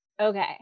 okay